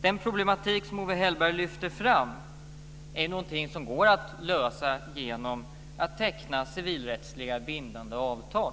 Den problematik som Owe Hellberg lyfte fram är någonting som går att lösa genom att man tecknar civilrättsliga bindande avtal.